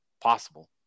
possible